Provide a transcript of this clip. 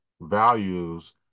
values